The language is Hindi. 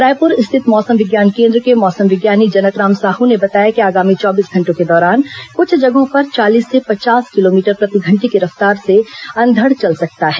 रायपुर स्थित मौसम विज्ञान केन्द्र के मौसम विज्ञानी जनकराम साह ने बताया कि आगामी चौबीस घंटों के दौरान कुछ जगहों पर चालीस से पचास किलोमीटर प्रति घंटे की रफ्तार से अंधड़ चल सकता है